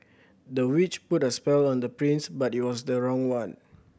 the witch put a spell on the prince but it was the wrong one